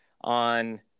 on